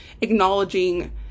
acknowledging